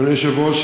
אדוני היושב-ראש,